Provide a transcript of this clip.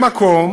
במקום